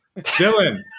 Dylan